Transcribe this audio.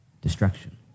destruction